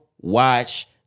watch